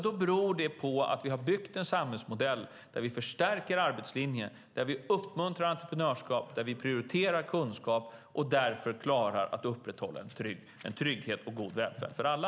Det beror på att vi har byggt en samhällsmodell där vi förstärker arbetslinjen, uppmuntrar entreprenörskap och prioriterar kunskap och därför klarar att upprätthålla trygghet och god välfärd för alla.